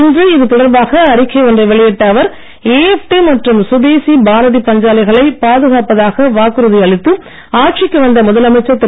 இன்று இது தொடர்பாக அறிக்கை ஒன்றை வெளியிட்ட அவர் ஏஎப்டி மற்றும் சுதேசி பாரதி பஞ்சாலைகளை பாதுகாப்பதாக வாக்குறுதி அளித்து ஆட்சிக்கு வந்த முதலமைச்சர் திரு